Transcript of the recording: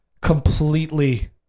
completely